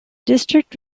district